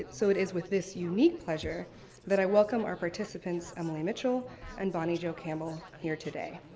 so it is with this unique pleasure that i welcome our participants emily mitchell and bonnie jo campbell here today.